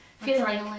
feeling